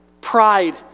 Pride